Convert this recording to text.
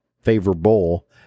favorable